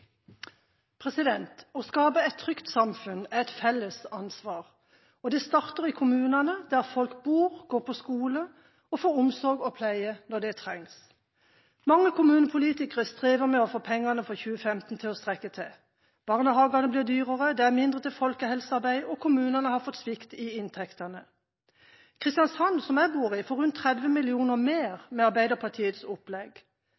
Å skape et trygt samfunn er et felles ansvar. Det starter i kommunene, der folk bor, går på skole og får omsorg og pleie når det trengs. Mange kommunepolitikere strever med å få pengene for 2015 til å strekke til. Barnehagene blir dyrere, det er mindre til folkehelsearbeid, og kommunene har fått svikt i inntektene. Kristiansand, som jeg bor i, får rundt 30 mill. kr mer med Arbeiderpartiets opplegg.